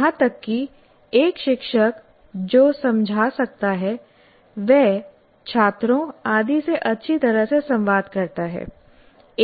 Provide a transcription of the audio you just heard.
यहां तक कि एक अच्छा शिक्षक जो समझा सकता है वह छात्रों आदि से अच्छी तरह से संवाद करता है